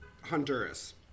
Honduras